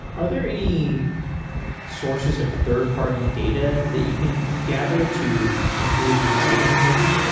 are there any sources of third-party data that you can gather to improve the decision making?